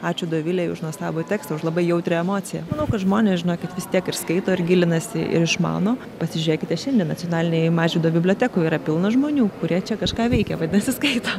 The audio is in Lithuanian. ačiū dovilei už nuostabų tekstą už labai jautrią emociją manau kad žmonės žinokit kad vis tiek ir skaito ir gilinasi ir išmano pasižiūrėkite šiandien nacionalinėje mažvydo bibliotekoje yra pilna žmonių kurie čia kažką veikia vadinasi skaito